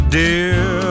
dear